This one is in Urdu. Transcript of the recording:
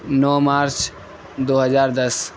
نو مارچ دو ہزار دس